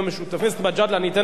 אבל ז'בוטינסקי דיבר,